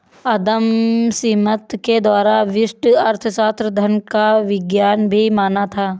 अदम Smith के द्वारा व्यष्टि अर्थशास्त्र धन का विज्ञान भी माना था